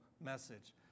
message